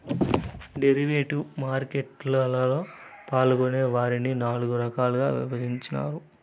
derivative market లలో పాల్గొనే వారిని నాల్గు రకాలుగా విభజించారు